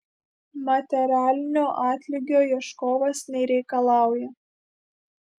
materialinio atlygio ieškovas nereikalauja